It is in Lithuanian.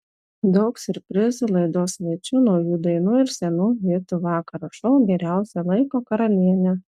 daug siurprizų laidos svečių naujų dainų ir senų hitų vakaro šou geriausio laiko karalienė